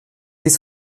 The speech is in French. dès